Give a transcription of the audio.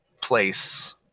place